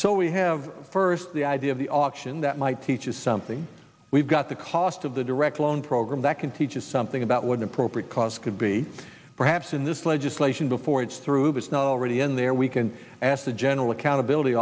so we have first the idea of the option that might teach is something we've got the cost of the direct loan program that can teach you something about wooden propre cause could be perhaps in this legislation before it's through the snow already in there we can ask the general accountability